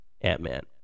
Ant-Man